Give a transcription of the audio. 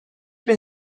bin